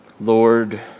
Lord